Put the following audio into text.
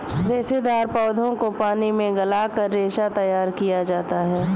रेशेदार पौधों को पानी में गलाकर रेशा तैयार किया जाता है